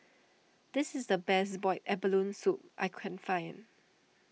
this is the best Boiled Abalone Soup I can find